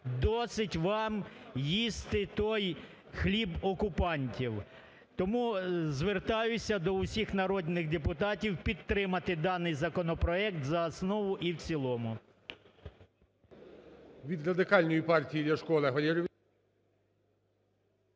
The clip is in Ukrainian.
досить вам їсти той хліб окупантів. Тому звертаюся до усіх народних депутатів підтримати даний законопроект за основу і в цілому.